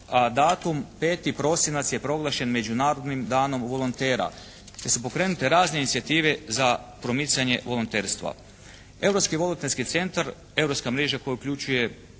datum 5. prosinac je proglašen Međunarodnim danom volontera. Te su pokrenute razne inicijative za promicanje volonterstva.